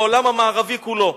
בעולם המערבי כולו.